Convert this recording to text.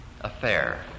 affair